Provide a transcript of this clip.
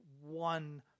one